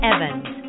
Evans